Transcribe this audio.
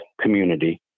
community